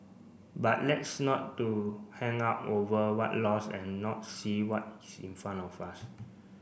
but let's not too hung up over what lost and not see what is in front of us